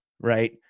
right